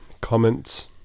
comments